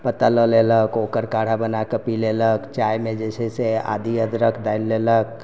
पत्ता लए लेलक ओकर काढ़ा बनाए कऽ पी लेलक चाय मे जे छै से आदी अदरक डालि लेलक